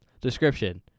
Description